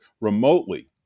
remotely